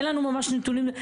אין לנו ממש נתונים.